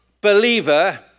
believer